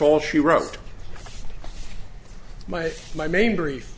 all she wrote my my main brief